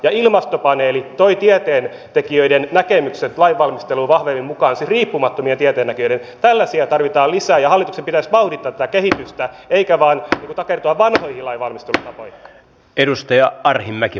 mutta todellakin ensiksi kielihommat ja sitten työpaikassa harjoittelijana ja siinä ohessa sitten kieliopiskelua ennen kaikkea netin kautta joka on kaikille mahdollisuus ja sen jälkeen mahdollisuus lähteä matkaan työmaailmaan